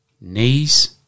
Knees